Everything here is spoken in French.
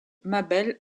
mabel